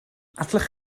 allwch